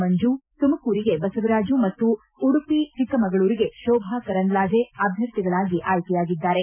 ಮಂಜು ತುಮಕೂರಿಗೆ ಬಸವರಾಜು ಮತ್ತು ಉಡುಪಿ ಚಿಕ್ಕಮಗಳೂರಿಗೆ ಶೋಭಾ ಕರಂದ್ಲಾಜೆ ಅಭ್ಯರ್ಥಿಗಳಾಗಿ ಆಯ್ಕೆಯಾಗಿದ್ದಾರೆ